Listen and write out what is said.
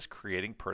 creating